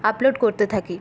upload করতে থাকি